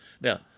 Now